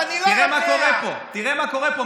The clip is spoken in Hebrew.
תראה מה קורה פה, תראה מה קורה פה.